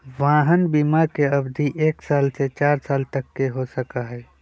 वाहन बिमा के अवधि एक साल से चार साल तक के हो सका हई